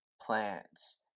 plants